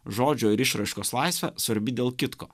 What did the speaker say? žodžio ir išraiškos laisvė svarbi dėl kitko